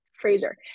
Fraser